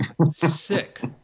sick